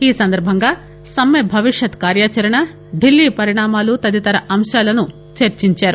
ఈ సందర్భంగా సమ్మె భవిష్యత్ కార్యాచరణ ఢిల్లీ పరిణామాలు తదితర అంశాలను చర్చించారు